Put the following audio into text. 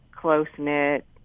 close-knit